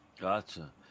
Gotcha